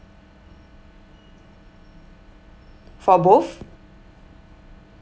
for both